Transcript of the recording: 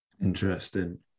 Interesting